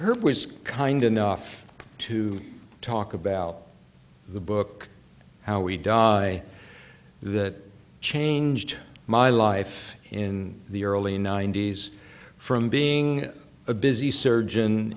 earth was kind enough to talk about the book how we die that changed my life in the early ninety's from being a busy surgeon